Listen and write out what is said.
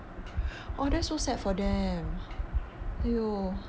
oh that's so sad for them !aiyo!